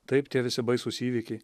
taip tie visi baisūs įvykiai